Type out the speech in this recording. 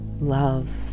love